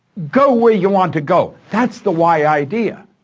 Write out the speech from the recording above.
go where you want to go. that's the y idea,